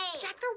Jack